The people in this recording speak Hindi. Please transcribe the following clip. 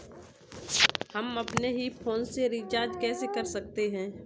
हम अपने ही फोन से रिचार्ज कैसे कर सकते हैं?